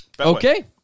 Okay